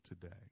today